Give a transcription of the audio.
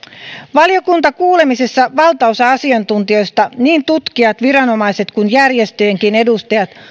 valiokuntakuulemisissa valtaosa asiantuntijoista niin tutkijat viranomaiset kuin järjestöjenkin edustajat